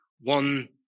one